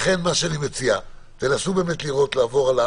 מה שאני מציע תנסו לראות ולעבור,